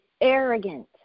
arrogant